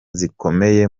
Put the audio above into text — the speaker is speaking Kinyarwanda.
zikomeye